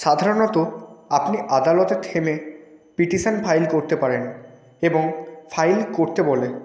সাধারণত আপনি আদালতে থেমে পিটিশান ফাইল করতে পারেন এবং ফাইল করতে বলে